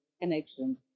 connection